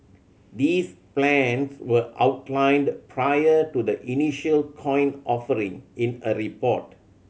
these plans were outlined prior to the initial coin offering in a report